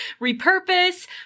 repurpose